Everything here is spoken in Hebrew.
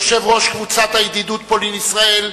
יושב-ראש קבוצת הידידות פולין ישראל,